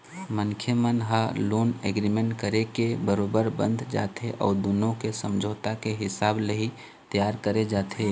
मनखे मन ह लोन एग्रीमेंट करके बरोबर बंध जाथे अउ दुनो के समझौता के हिसाब ले ही तियार करे जाथे